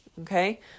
Okay